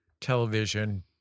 television